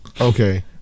Okay